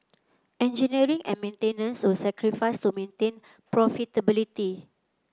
engineering and maintenance were sacrificed to maintain profitability